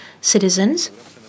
citizens